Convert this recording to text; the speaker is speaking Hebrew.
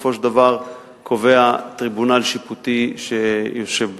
בסופו של דבר קובע טריבונל שיפוטי שיושב בדין.